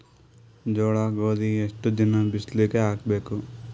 ಜೋಳ ಗೋಧಿ ಎಷ್ಟ ದಿನ ಬಿಸಿಲಿಗೆ ಹಾಕ್ಬೇಕು?